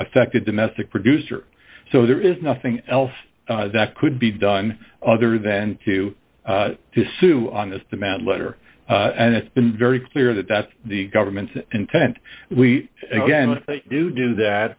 affected domestic producer so there is nothing else that could be done other than to to sue on this demand letter and it's been very clear that that's the government's intent we again with do do that